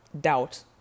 doubt